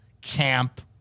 Camp